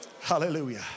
Hallelujah